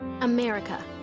America